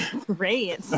great